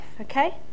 okay